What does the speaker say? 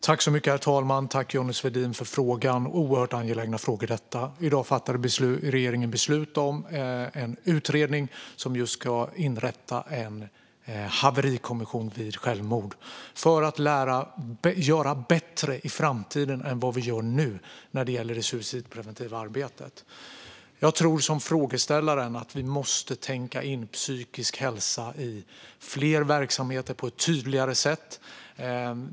Herr talman! Tack, Johnny Svedin, för frågan! Detta är oerhört angeläget. I dag fattade regeringen beslut om en utredning om inrättandet av en haverikommission vid självmord, för att vi ska göra bättre i framtiden än vad vi gör nu när det gäller det suicidpreventiva arbetet. Jag tror som frågeställaren att vi måste tänka in psykisk hälsa i fler verksamheter på ett tydligare sätt.